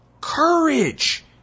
courage